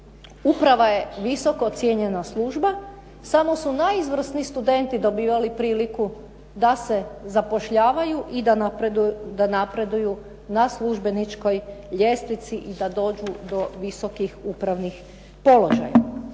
uprava je visoko cijenjena služba. Samo su najizvrsniji studenti dobivali priliku da se zapošljavaju i da napreduju na službeničkoj ljestvici i da dođu do visokih upravnih položaja.